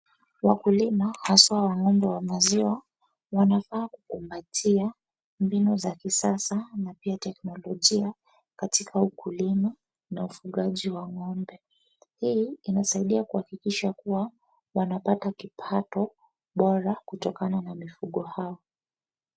Wakulima aswa wa ng'ombe wa maziwa, wanafaa kukumbatia mbinu za kisasa na pia teknologia katika ukulima na ufungaji wa ng'ombe. Hii inasaidia kuhakikisha kuwa wanapata kipato bora kutokana na mifugo hao.